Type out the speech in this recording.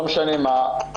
לא משנה מה,